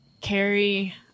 carry